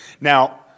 Now